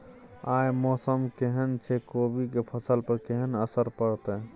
आय मौसम केहन छै कोबी के फसल पर केहन असर परतै?